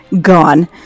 gone